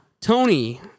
Tony